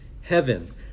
heaven